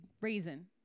reason